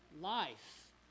life